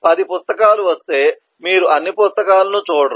10 పుస్తకాలు వస్తే మీరు అన్ని పుస్తకాలను చూడరు